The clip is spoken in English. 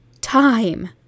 time